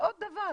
ועוד דבר,